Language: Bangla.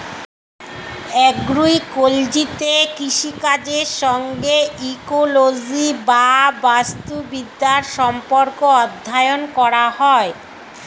অ্যাগ্রোইকোলজিতে কৃষিকাজের সঙ্গে ইকোলজি বা বাস্তুবিদ্যার সম্পর্ক অধ্যয়ন করা হয়